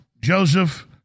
Joseph